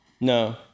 No